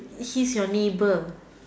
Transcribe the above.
he's your neighbour